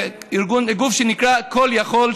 גוף שנקרא "כל יכול",